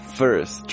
first